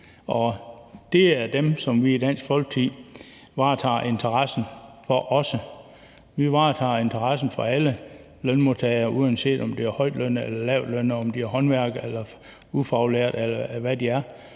Og det er dem, som vi i Dansk Folkeparti også varetager interessen for. Vi varetager interessen for alle lønmodtagere, uanset om det er højtlønnede eller lavtlønnede, om de er håndværkere eller ufaglærte, eller hvad de er.